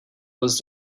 was